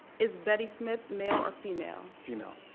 is betty smith male or female? female.